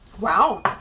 Wow